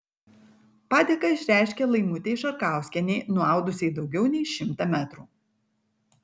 padėką išreiškė laimutei šarkauskienei nuaudusiai daugiau nei šimtą metrų